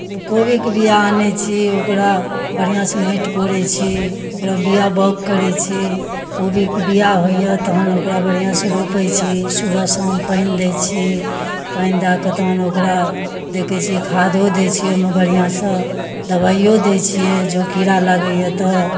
कोबीके बिआ आनै छी ओकरा बढ़िआँसँ माटि कोड़ै छी ओकरा बिआ बाउग करै छी कोबीके बिआ होइए तहन ओकरा बढ़िआँसँ रोपै छी सुबह शाम पानि दै छी पानि दऽ कऽ तहन ओकरा देखै छिए खादो दै छिए ओहिमे बढ़िआँसँ दवाइओ दै छिए जँ कीड़ा लागैए तऽ